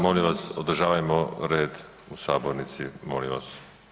Molim vas održavajmo red u Sabornici, molim vas.